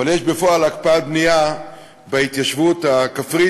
אבל יש בפועל הקפאת בנייה בהתיישבות הכפרית,